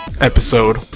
episode